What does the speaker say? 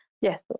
Yes